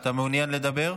אתה מעוניין לדבר?